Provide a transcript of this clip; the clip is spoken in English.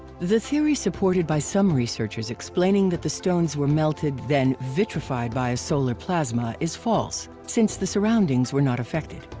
the theory supported by some researchers explaining that the stones were melted then vitrified by a solar plasma is false since the surroundings were not affected.